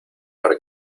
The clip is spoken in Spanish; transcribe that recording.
para